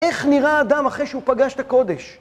איך נראה האדם אחרי שהוא פגש את הקודש?